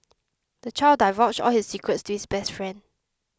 the child divulged all his secrets to his best friend